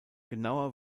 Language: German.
genauer